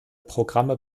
programme